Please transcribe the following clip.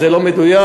זה לא מדויק,